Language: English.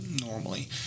normally